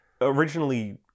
Originally